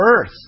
earth